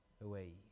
away